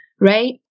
Right